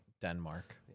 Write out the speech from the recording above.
Denmark